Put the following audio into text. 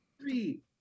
Three